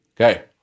Okay